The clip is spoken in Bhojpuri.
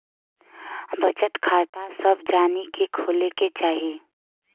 बचत खाता सभ जानी के खोले के चाही